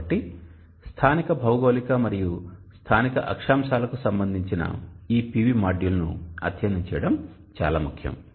కాబట్టి స్థానిక భౌగోళిక మరియు స్థానిక అక్షాంశాలకు సంబంధించి ఈ PVమాడ్యూల్ను అధ్యయనం చేయడం చాలా ముఖ్యం